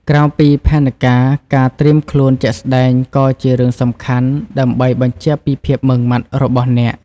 ក្រៅពីផែនការ ការត្រៀមខ្លួនជាក់ស្តែងក៏ជារឿងសំខាន់ដើម្បីបញ្ជាក់ពីភាពម៉ឺងម៉ាត់របស់អ្នក។